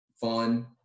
fun